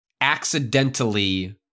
accidentally